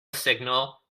signal